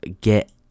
get